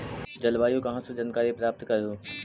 जलवायु कहा से जानकारी प्राप्त करहू?